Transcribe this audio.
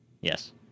Yes